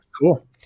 cool